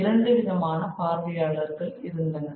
இரண்டு விதமான பார்வையாளர்கள் இருந்தனர்